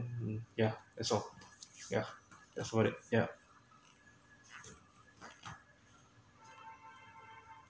yeah that's all yeah that's what it yeah